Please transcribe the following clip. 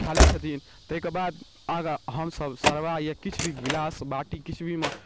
खा लै छथिन ताहिके बाद आगाँ हमसभ सरवा या किछु भी गिलास बाटी किछु भी मे